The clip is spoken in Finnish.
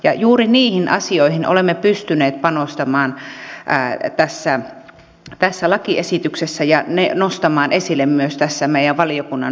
ja juuri niihin asioihin olemme pystyneet panostamaan tässä lakiesityksessä ja ne nostamaan esille myös tässä meidän valiokunnan mietinnössä